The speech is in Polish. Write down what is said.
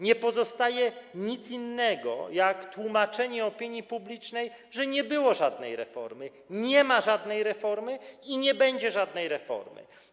Nie pozostaje nic innego jak tłumaczenie opinii publicznej, że nie było żadnej reformy, nie ma żadnej reformy i nie będzie żadnej reformy.